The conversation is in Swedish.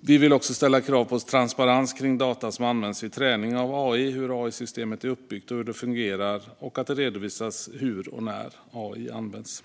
Vi vill också ställa krav på transparens kring data som används i träningen av AI, hur AI-systemet är uppbyggt och hur det fungerar och att det redovisas hur och när AI används.